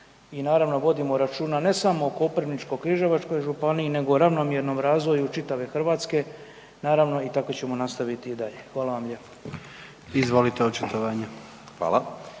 i naravno, vodimo računa, ne samo o Koprivničko-križevačkoj županiji nego ravnomjernom razvoju čitave Hrvatske, naravno i tako ćemo nastaviti i dalje. Hvala vam lijepo. **Jandroković, Gordan